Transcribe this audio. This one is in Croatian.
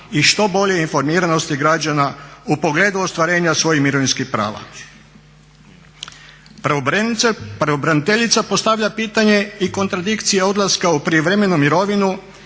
i što bolje informiranosti građana u pogledu ostvarenja svojih mirovinskih prava. Pravobraniteljica postavlja pitanje i kontradikcije odlaska u prijevremenu mirovinu